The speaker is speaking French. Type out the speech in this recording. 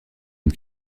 une